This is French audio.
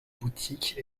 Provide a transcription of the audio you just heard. boutiques